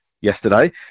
yesterday